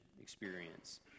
experience